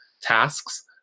tasks